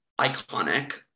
iconic